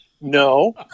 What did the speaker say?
no